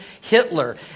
Hitler